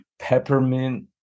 peppermint